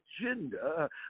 agenda